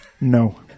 No